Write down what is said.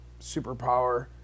superpower